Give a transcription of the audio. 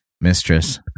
mistress